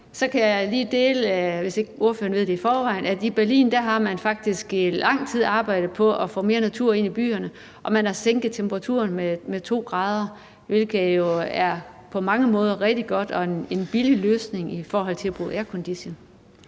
i forvejen, at man i Berlin faktisk i lang tid har arbejdet på at få mere natur ind i byen, og man har sænket temperaturen med to grader, hvilket jo på mange måder er rigtig godt og en billig løsning i forhold til at bruge aircondition.